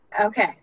Okay